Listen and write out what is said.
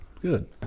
good